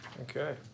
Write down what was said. okay